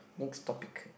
next topic